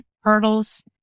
hurdles